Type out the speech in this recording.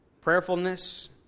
Prayerfulness